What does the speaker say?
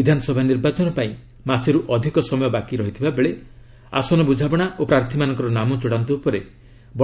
ବିଧାନସଭା ନିର୍ବାଚନ ପାଇଁ ମାସେରୁ ଅଧିକ ସମୟ ବାକିଥିବା ବେଳେ ଆସନ ବୁଝାମଣା ଓ ପ୍ରାର୍ଥୀମାନଙ୍କର ନାମ ଚୂଡ଼ାନ୍ତ ଉପରେ